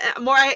more